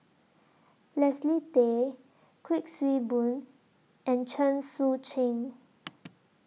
Leslie Tay Kuik Swee Boon and Chen Sucheng